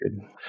good